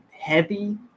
heavy